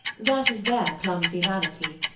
that is their clumsy vanity.